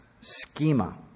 schema